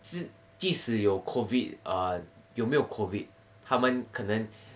即即使有 COVID err 有没有 COVID 他们可能